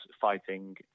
fighting